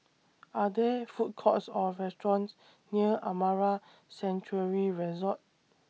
Are There Food Courts Or restaurants near Amara Sanctuary Resort